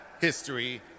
history